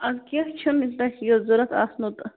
اَدٕ کیٚنٛہہ چھُنہٕ تۄہہِ یٔژ ضروٗرت آسنَو تہٕ